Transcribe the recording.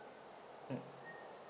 mm